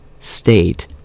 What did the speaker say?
state